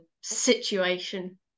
situation